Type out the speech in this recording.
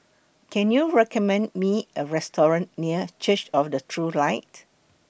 Can YOU recommend Me A Restaurant near Church of The True Light